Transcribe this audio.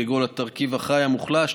כגון התרכיב החי המוחלש,